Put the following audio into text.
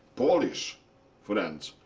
polish friends,